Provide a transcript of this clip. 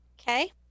Okay